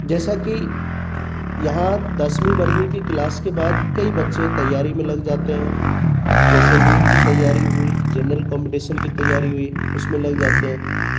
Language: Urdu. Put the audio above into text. جیسا کہ یہاں دسمیں برہمیں کی کلاس کے بعد کئی بچے تیاری میں لگ جاتے ہیں جیسے نیٹ کی تیاری ہوئی جنرل کمپٹیشن کی تیاری ہوئی اس میں لگ جاتے ہیں